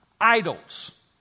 idols